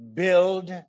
build